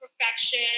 perfection